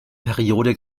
periode